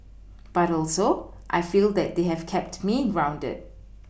but also I feel that they have kept me grounded